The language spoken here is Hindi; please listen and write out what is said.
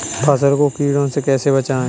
फसल को कीड़ों से कैसे बचाएँ?